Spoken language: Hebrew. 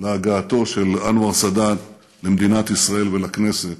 להגעתו של אנואר סאדאת למדינת ישראל ולכנסת.